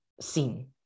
scene